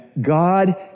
God